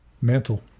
mantle